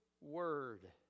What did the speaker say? word